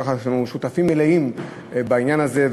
כך שאנחנו שותפים מלאים בעניין הזה,